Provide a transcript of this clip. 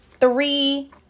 three